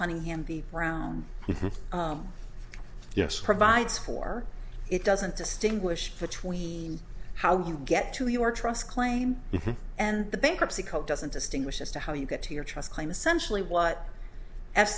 round yes provides for it doesn't distinguish between how you get to your trust claim and the bankruptcy code doesn't distinguish as to how you get to your trust claim essentially what